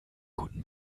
guten